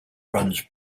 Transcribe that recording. runs